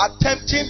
attempting